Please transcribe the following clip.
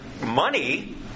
money